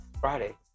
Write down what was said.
Friday